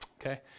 Okay